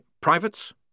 privates